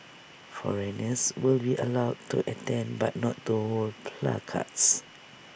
foreigners will be allowed to attend but not to cards